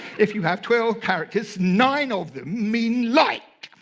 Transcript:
if you have twelve characters, nine of them mean like,